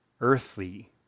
earthly